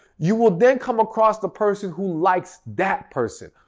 you will then come across the person who likes that person.